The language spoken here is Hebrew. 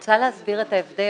נת"ע הוציאה למעשה מספר מכרזים.